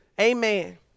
Amen